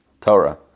Torah